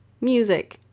music